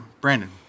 brandon